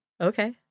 Okay